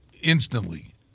instantly